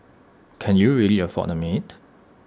can you really afford A maid